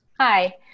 Hi